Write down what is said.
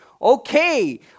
Okay